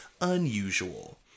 unusual